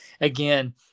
again